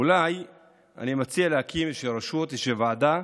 אולי אני מציע איזושהי רשות, איזושהי ועדה,